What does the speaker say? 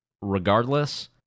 Regardless